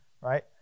right